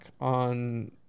on